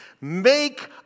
Make